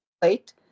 plate